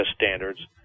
standards